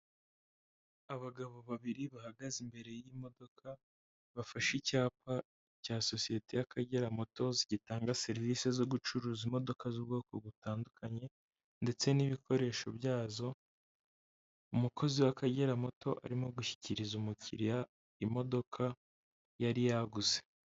Abagabo babiri bahagaze imbere y'imodoka bafashe icyapa cya sosiyete y'akagera motozi gitanga serivisi zo gucuruza imodoka z'ubwoko butandukanye, ndetse n'ibikoresho byazo umukozi w'akagera muto arimo gushyikiriza umukiriya imodoka yari yaguze.